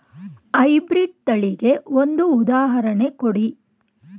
High breed ತಳಿಗೆ ಒಂದು ಉದಾಹರಣೆ ಕೊಡಿ?